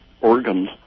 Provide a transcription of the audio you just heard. organs